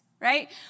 Right